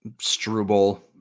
Struble